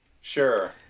Sure